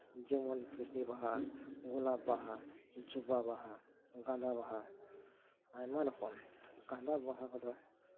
ᱡᱮᱢᱚᱱ ᱠᱩᱥᱱᱤ ᱵᱟᱦᱟ ᱜᱚᱞᱟᱯ ᱵᱟᱦᱟ ᱡᱚᱵᱟ ᱵᱟᱦᱟ ᱜᱟᱸᱫᱟ ᱵᱟᱦᱟ ᱟᱭᱢᱟ ᱨᱚᱠᱚᱢ ᱜᱟᱸᱫᱟ ᱵᱟᱦᱟ ᱠᱚᱫᱚ